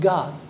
God